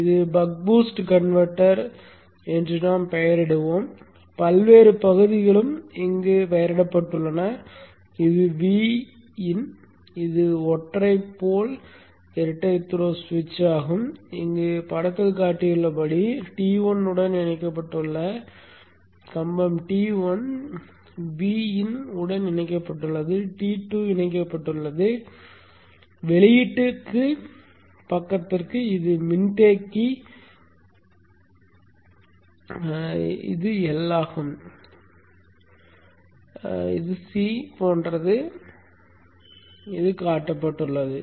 இதற்கு buck boost converter என்று நாம் பெயரிடுவோம் பல்வேறு பகுதிகளும் இங்கு பெயரிடப்பட்டுள்ளன இது Vin இது ஒற்றை போல் இரட்டை த்ரோக்கள் சுவிட்ச் ஆகும் இங்கு காட்டப்பட்டுள்ளபடி T1 உடன் இணைக்கப்பட்டுள்ள கம்பம் T1 Vin உடன் இணைக்கப்பட்டுள்ளது T2 இணைக்கப்பட்டுள்ளது வெளியீட்டுப் பக்கத்திற்கு இது மின்தேக்கி L ஆகும் மின்தேக்கி C இது போன்றது காட்டப்பட்டுள்ளது